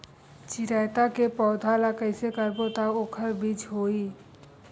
चिरैता के पौधा ल कइसे करबो त ओखर बीज होई?